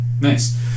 Nice